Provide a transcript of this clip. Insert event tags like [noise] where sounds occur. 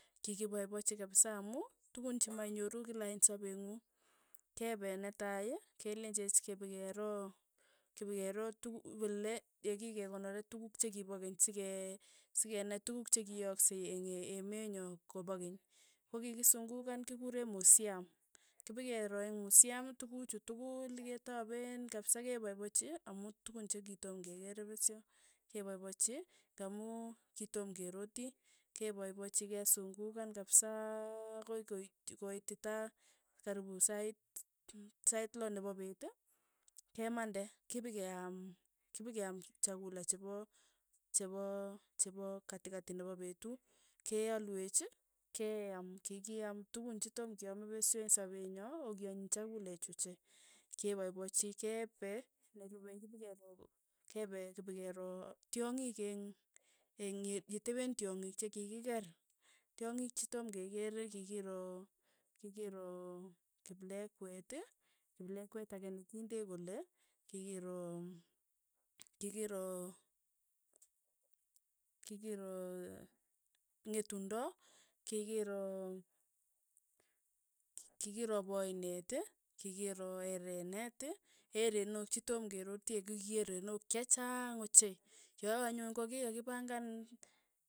Kikipaipachi kapsa amu, tukun chimainyoru kila eng' sapee ng'ung, kepe netai kelenychech kepakero kipekero tuk kole yekikekonore tukuk chekipo keny seke sekenai tukuk chekiyaaskei eng' [hesitation] emenyo kopakeny, kokikisung'ukan kikure musiam, kipekero ing' musiam tukuchu tukul ketapeen kapsa kepaipachi amu tukun chekitom kekeer pesyo, kepaipaichi ng'amu kitom keroti, kepaipachi kesungukan kapsaaa akoi koit koititaa karipu sait [hesitation] sait lo nepo peet, kemande kipikeam kipikeam chakula chepo chepo chepo katikati nepo petuut, kealwech keaam, kikiam tukun chetoma kiame pesyo eng' sapet nyo, ko kianyiny chekulechu ochei, kepaipachi kepe nerupei kipikero kepe kipikero tyongik eng'-eng ye- yetepeen tyong'ik che kikireer, tyongik chetom kekere, kikiro kikiro kiplekwet ii, kiplekwet ake nekindet kole, kikiro kikiro kikiro ng'etundo, kikiro kikiro poineeti kikiro ereneti, eroonok chetom keroti kokieronok chechaang ochei, kyawe anyun kokikakipangan.